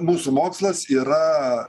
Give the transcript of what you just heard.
mūsų mokslas yra